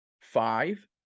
five